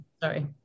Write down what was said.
Sorry